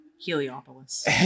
Heliopolis